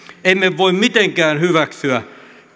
emme voi mitenkään hyväksyä